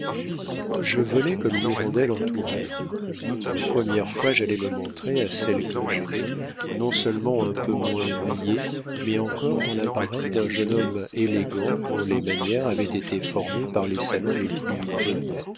je volai comme une hirondelle en touraine pour la première fois j'allais me montrer à celle que j'aimais non-seulement un peu moins niais mais encore dans l'appareil d'un jeune homme élégant dont les manières avaient été formées par les salons les plus polis